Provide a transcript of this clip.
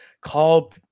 call